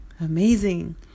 Amazing